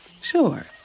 Sure